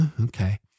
okay